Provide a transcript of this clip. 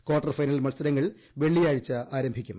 quarter final മൽസരങ്ങൾ വെള്ളിയാഴ്ച ആരംഭിക്കും